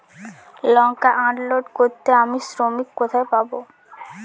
লঙ্কা unload করতে আমি শ্রমিক কোথায় পাবো?